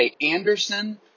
Anderson